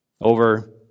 over